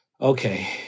okay